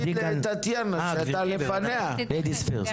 מר ברנס,